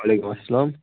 وعلیکُم السلام